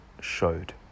showed